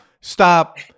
stop